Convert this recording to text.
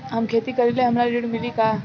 हम खेती करीले हमरा ऋण मिली का?